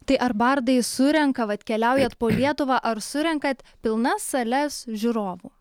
tai ar bardai surenka vat keliaujat po lietuvą ar surenkat pilnas sales žiūrovų